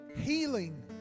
Healing